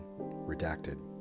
Redacted